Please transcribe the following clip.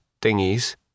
thingies